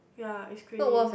ya is crazy